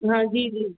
हाँ जी जी